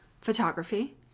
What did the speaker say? photography